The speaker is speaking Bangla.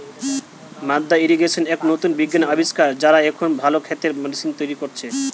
মাদ্দা ইর্রিগেশন এক নতুন বিজ্ঞানের আবিষ্কার, যারা এখন ভালো ক্ষেতের ম্যাশিন তৈরী করতিছে